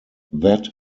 that